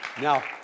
Now